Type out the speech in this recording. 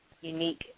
unique